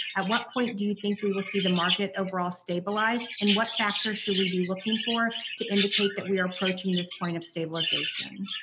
at what point do you think we will see the market overall stabilize and what factor should we be looking for to indicate that we are approaching this point of stabilization?